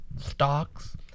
stocks